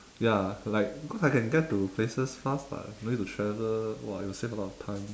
ya like because I can get to places fast lah no need to travel !wah! it will save a lot of time